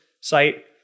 site